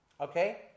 okay